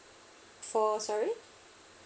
for sorry